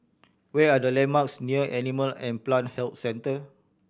where are the landmarks near Animal and Plant Health Centre